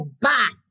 back